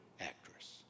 actress